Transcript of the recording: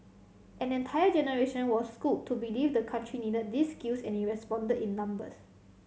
an entire generation was schooled to believe the country needed these skills and it responded in numbers